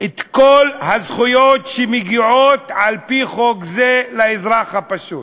את כל הזכויות שמגיעות על-פי חוק זה לאזרח הפשוט?